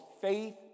faith